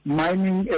mining